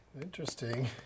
Interesting